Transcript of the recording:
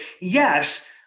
yes